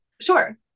Sure